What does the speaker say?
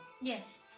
Yes